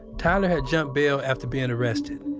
tyler had jumped bail after being arrested.